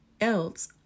else